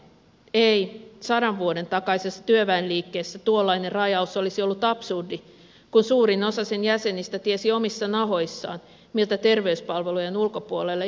ei sadan vuoden takaisessa työväenliikkeessä tuollainen rajaus olisi ollut absurdi kun suurin osa sen jäsenistä tiesi omissa nahoissaan mitä terveyspalvelujen ulkopuolelle jääminen tarkoitti